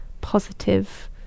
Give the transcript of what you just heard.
positive